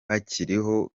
bakiriho